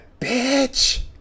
bitch